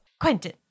Quentin